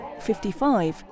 55